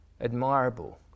admirable